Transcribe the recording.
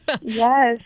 Yes